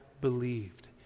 believed